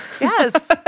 Yes